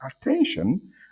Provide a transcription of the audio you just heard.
attention